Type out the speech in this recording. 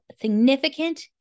significant